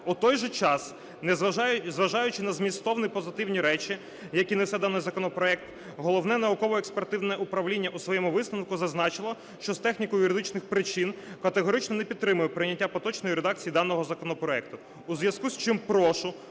В той же час, зважаючи на змістовні позитивні речі, які несе даний законопроект, Головне науково-експертне управління у своєму висновку зазначило, що з техніко-юридичних причин категорично не підтримує прийняття поточної редакції даного законопроекту.